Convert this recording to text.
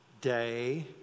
Day